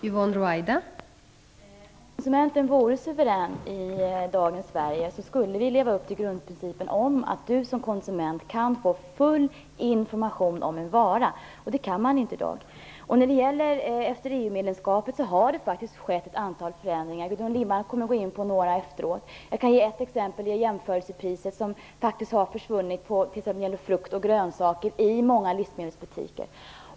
Fru talman! Om konsumenten vore suverän i dagens Sverige skulle vi leva upp till grundprincipen att du som konsument kan få full information om en vara, och det kan man inte i dag. Efter EU-medlemskapet har det skett ett antal förändringar. Gudrun Lindvall kommer att beröra några. Jag kan ge ett exempel. Jämförelsepriset har försvunnit på t.ex. frukt och grönsaker i många livsmedelsbutiker.